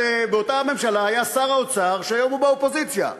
באותה ממשלה היה שר אוצר שהיום הוא באופוזיציה.